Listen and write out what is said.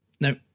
No